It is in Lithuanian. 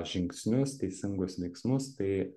žingsnius teisingus veiksmus tai